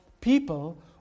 people